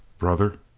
brother,